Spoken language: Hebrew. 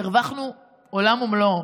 הרווחנו עולם ומלואו.